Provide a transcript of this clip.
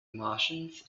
martians